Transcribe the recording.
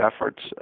efforts